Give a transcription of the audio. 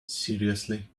seriously